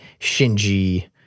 Shinji –